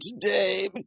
today